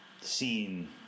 seen